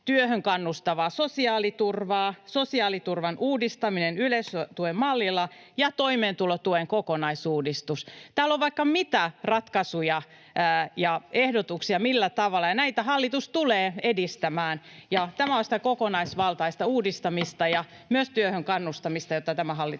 työhön kannustavaa sosiaaliturvaa, sosiaaliturvan uudistaminen yleistuen mallilla ja toimeentulotuen kokonaisuudistus. Täällä on vaikka mitä ratkaisuja ja ehdotuksia, millä tavalla edistetään. Näitä hallitus tulee edistämään, ja tämä on sitä kokonaisvaltaista uudistamista ja myös työhön kannustamista, jota tämä hallitus